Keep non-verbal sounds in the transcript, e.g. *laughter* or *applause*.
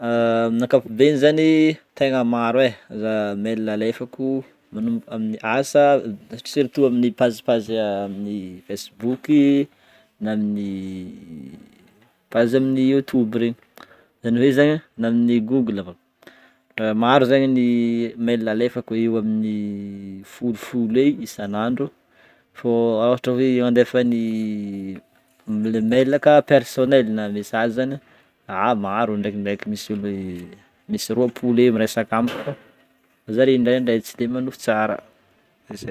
*hesitation* Amin'ny ankapobeny zany tegna maro e raha mail alefako manomboka amin'ny asa, *hesitation* surtout amin'ny page page amin'ny facebook, na amin'ny *hesitation* page amin'ny youtube regny, zany hoe zegny na amin'ny google vô, *hesitation* maro zegny ny *hesitation* mail alefako eoeo amin'ny *hesitation* folofolo eo isanandro fô ôhatra hoe mandefa ny *hesitation* le mailaka personnel na message zany a maro, ndraikindraiky misy ôlo *hesitation* misy roapolo eo miresaka amiko fa *noise* zare ndraindray tsy de manohy tsara. Zay.